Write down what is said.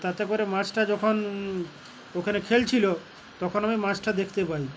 তাতে করে মাছটা যখন ওখানে খেলছিল তখন আমি মাছটা দেখতে পাই